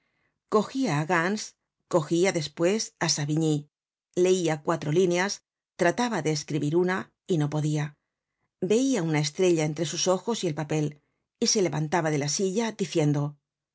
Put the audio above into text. cogia á gans cogia despues á savigny leia cuatro líneas trataba de escribir una y no podia veia una estrella entre sus ojos y el papel y se levantaba de la silla diciendo